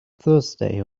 thursday